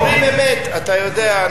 אנחנו אומרים אמת, אתה יודע.